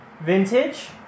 vintage